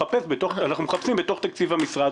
אנחנו מחפשים בתוך תקציב המשרד,